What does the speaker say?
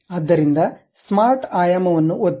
ಆದ್ದರಿಂದ ಸ್ಮಾರ್ಟ್ ಆಯಾಮ ವನ್ನು ಒತ್ತಿ